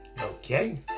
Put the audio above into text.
okay